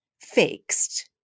fixed